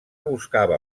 buscava